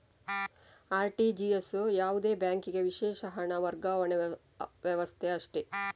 RTGS ಯಾವುದೇ ಬ್ಯಾಂಕಿಗೆ ವಿಶೇಷ ಹಣ ವರ್ಗಾವಣೆ ವ್ಯವಸ್ಥೆ ಅಷ್ಟೇ